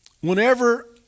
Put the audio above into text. Whenever